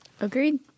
Agreed